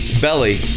belly